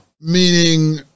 meaning